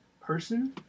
Person